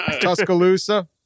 Tuscaloosa